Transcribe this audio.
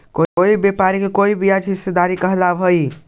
कोई व्यापारी के कोई ब्याज में हिस्सेदारी इक्विटी कहलाव हई